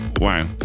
wow